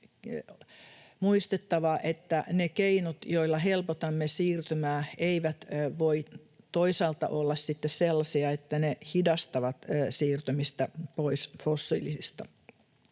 muistettava, että ne keinot, joilla helpotamme siirtymää, eivät voi toisaalta olla sitten sellaisia, että ne hidastavat siirtymistä pois fossiilisista.